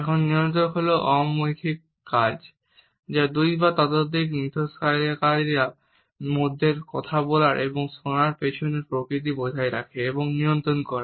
এখন নিয়ন্ত্রক হল অমৌখিক কাজ যা দুই বা ততোধিক ইন্টারেকশনকারীর মধ্যে কথা বলার এবং শোনার পিছনের প্রকৃতি বজায় রাখে এবং নিয়ন্ত্রণ করে